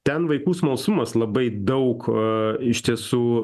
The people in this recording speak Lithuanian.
ten vaikų smalsumas labai daug iš tiesų